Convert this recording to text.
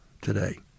today